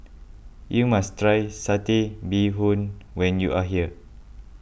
you must try Satay Bee Hoon when you are here